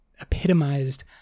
epitomized